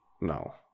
No